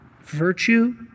virtue